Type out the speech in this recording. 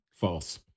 false